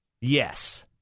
Yes